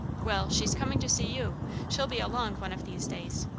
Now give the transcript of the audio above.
well she's coming to see you she'll be along one of these days.